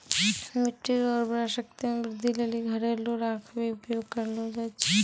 मिट्टी रो उर्वरा शक्ति मे वृद्धि लेली घरेलू राख भी उपयोग करलो जाय छै